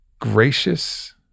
Gracious